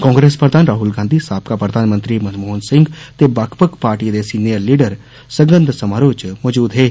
कांग्रेस प्रधान राहुल गांधी साबका प्रधानमंत्री मनमोहन सिंह ते बेक्ख बक्ख पार्टिएं दे सीनियर लीडर सगंध समारोह च मौजूद हे